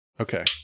Okay